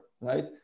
right